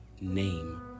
name